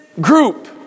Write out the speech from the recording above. group